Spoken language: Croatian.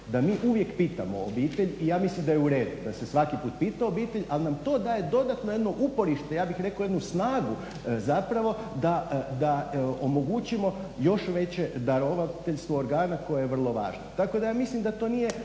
da mi uvijek pitamo obitelj i ja mislim da je u redu da se svaki put pita obitelj al nam to daje dodatno jedno uporište, ja bih rekao jednu snagu zapravo da omogućimo još veće darovateljstvo organa koje je vrlo važno. Tako da ja mislim da to nije